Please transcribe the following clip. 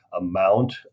amount